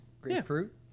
grapefruit